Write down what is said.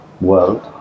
world